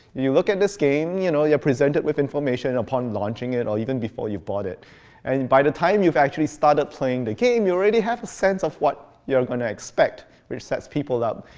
you look at this game, you know you're presented with information upon launching it or even before you bought it, and by the time you've actually started playing the game, you already have a sense of what you're going to expect, which sets people up